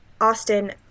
Austin